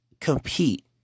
compete